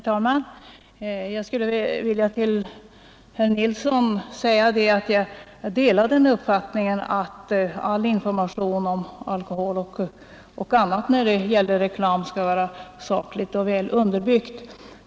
Herr talman! Till herr Nilsson i Agnäs vill jag säga att jag delar uppfattningen att information om alkohol liksom om allting annat skall vara saklig och väl underbyggd.